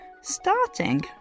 starting